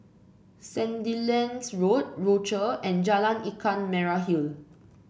Sandilands Road Rochor and Jalan Ikan Merah Hill